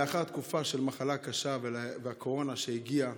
לאחר תקופה של מחלה קשה והקורונה שהגיעה,